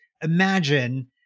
imagine